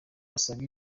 basaga